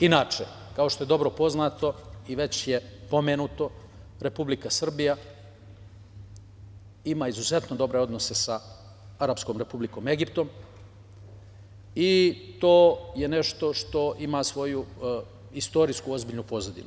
Inače, kao što je dobro poznato i već je pomenuto, Republika Srbija ima izuzetno dobre odnose sa Arapskom Republikom Egipat i to je nešto što ima svoju istorijsku pozadinu.